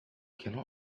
cannot